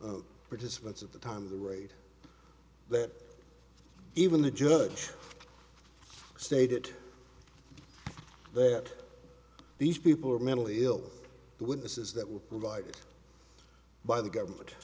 participants at the time of the raid that even the judge stated that these people are mentally ill witnesses that were provided by the government